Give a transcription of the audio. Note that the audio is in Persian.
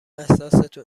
احساستون